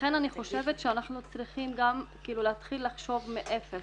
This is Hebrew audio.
לכן אני חושבת שאנחנו צריכים להתחיל לחשוב מאפס,